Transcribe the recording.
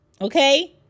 okay